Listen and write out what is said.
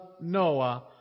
Noah